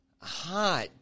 hot